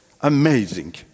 Amazing